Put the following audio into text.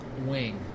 Wing